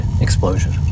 explosion